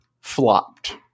flopped